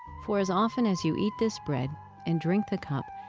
for as often as you eat this bread and drink the cup,